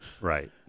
Right